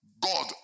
God